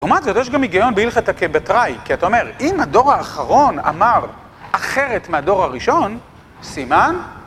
לעומת זאת, יש גם היגיון בהלכתא כבתראי, כי אתה אומר, אם הדור האחרון אמר אחרת מהדור הראשון, סימן?